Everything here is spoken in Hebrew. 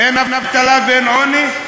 אין אבטלה ואין עוני?